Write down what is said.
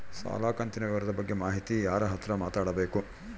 ಸಾಲ ಕಂತಿನ ವಿವರ ಬಗ್ಗೆ ಮಾಹಿತಿಗೆ ಯಾರ ಹತ್ರ ಮಾತಾಡಬೇಕು?